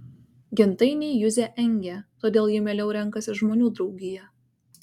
gentainiai juzę engia todėl ji mieliau renkasi žmonių draugiją